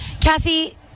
Kathy